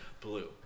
Blue